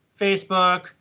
facebook